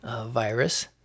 virus